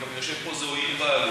וגם יושב פה זוהיר בהלול,